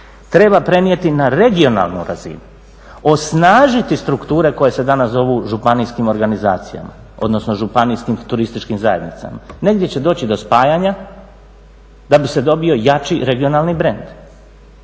treba prenijeti na regionalnu razinu, osnažiti strukture koje se danas zovu županijskim organizacijama, odnosno županijskim turističkim zajednicama. Negdje će doći do spajanja da bi se dobio jači regionalni brend.